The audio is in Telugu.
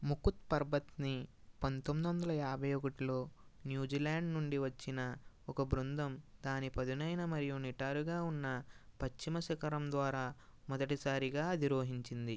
ముకుత్ పర్బత్ని పంతొమ్మిది వందల యాభై ఒకటిలో న్యూజిలాండ్ నుండి వచ్చిన ఒక బృందం దాని పదునైన మరియు నిటారుగా ఉన్న పశ్చిమ శిఖరం ద్వారా మొదటిసారిగా అధిరోహించింది